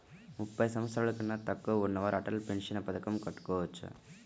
ముప్పై సంవత్సరాలకన్నా తక్కువ ఉన్నవారు అటల్ పెన్షన్ పథకం కట్టుకోవచ్చా?